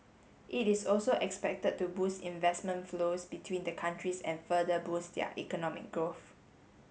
it is also expected to boost investment flows between the countries and further boost their economic growth